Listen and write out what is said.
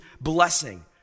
blessing